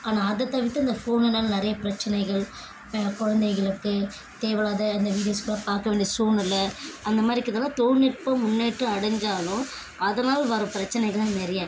ஆனால் அதை தவிர்த்து இந்த ஃபோன்னால் நிறைய பிரச்சினைகள் குழந்தைகளுக்கு தேவை இல்லாத இந்த வீடியோஸெலாம் பார்க்க வேண்டிய சூழ்நெல அந்தமாதிரி இருக்கதால் தொழில்நுட்பம் முன்னேற்றம் அடைஞ்சாலும் அதனால் வரும் பிரச்சினைகள் தான் நிறைய